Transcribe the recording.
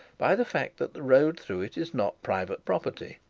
by the fact that the road through it is not private property.